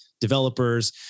developers